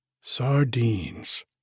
sardines